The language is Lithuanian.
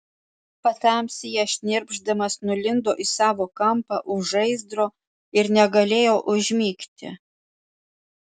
patamsyje šnirpšdamas nulindo į savo kampą už žaizdro ir negalėjo užmigti